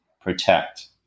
protect